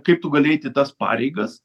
kaip tu gali eit į tas pareigas